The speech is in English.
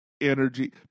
energy